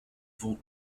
vont